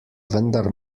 vendar